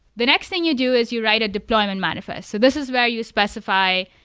the next thing you do is you write a deployment manifest. so this is where you specify,